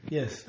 Yes